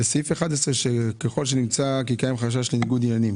בסעיף 11 "ככל שנמצא כי קיים חשש לניגוד עניינים"